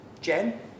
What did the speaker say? Jen